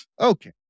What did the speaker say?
Okay